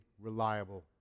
reliable